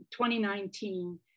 2019